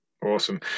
Awesome